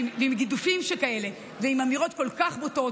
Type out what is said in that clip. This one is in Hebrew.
ועם גידופים שכאלה ועם אמירות כל כך בוטות.